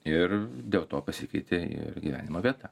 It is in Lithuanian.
ir dėl to pasikeitė ir gyvenimo vieta